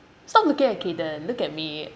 stop looking at kayden look at me